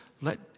let